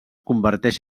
converteix